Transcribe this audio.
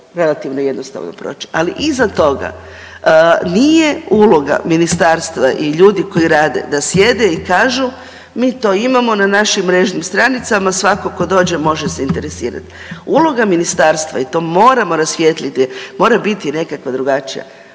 relativno jednostavno proći, ali iza toga nije uloga ministarstva i ljudi koji rade da sjede i kažu mi to imamo na našim mrežnim stranicama svako tko dođe može se interesirati. Uloga ministarstva i to moramo rasvijetliti mora biti nekakva drugačija,